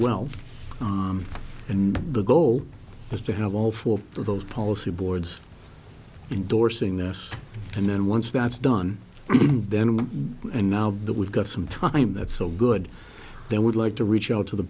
well and the goal is to have all four of those policy boards endorsing this and then once that's done then and now that we've got some time that's so good they would like to reach out to the